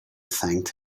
thanked